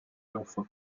enfin